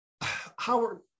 Howard